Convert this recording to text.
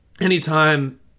anytime